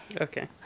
Okay